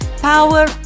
power